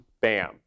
bam